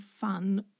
fun